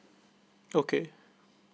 okay